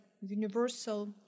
universal